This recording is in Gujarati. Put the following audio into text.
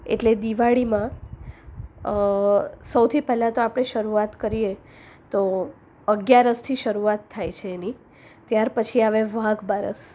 એટલે દિવાળીમાં સૌથી પહેલાં તો આપણે શરૂઆત કરીએ તો અગિયારસથી શરૂઆત થાય છે એની ત્યાર પછી આવે વાઘબારસ